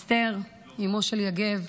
אסתר, אימו של יגב,